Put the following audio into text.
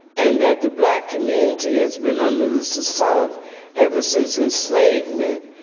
and that the black community has been under this assault ever since enslavement,